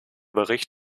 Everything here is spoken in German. bericht